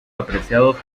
apreciados